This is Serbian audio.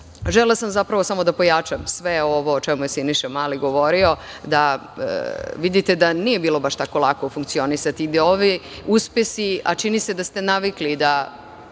želela sam zapravo samo da pojačam sve ovo o čemu je Siniša Mali govorio, da vidite da nije bilo baš tako lako funkcionisati i da ovi uspesi, a čini se da ste navikli da